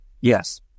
Yes